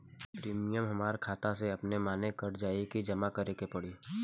Premium हमरा खाता से अपने माने कट जाई की जमा करे के पड़ी?